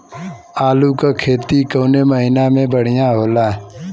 आलू क खेती कवने महीना में बढ़ियां होला?